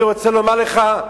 אני רוצה לומר לך,